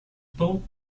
pão